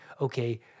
Okay